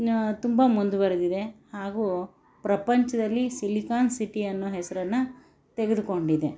ತುಂಬ ಮುಂದುವರಿದಿದೆ ಹಾಗೂ ಪ್ರಪಂಚದಲ್ಲಿ ಸಿಲಿಕಾನ್ ಸಿಟಿ ಅನ್ನೋ ಹೆಸರನ್ನ ತೆಗೆದುಕೊಂಡಿದೆ